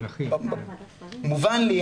מובן לי,